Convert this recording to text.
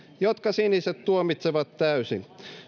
jotka siniset tuomitsevat täysin